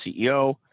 CEO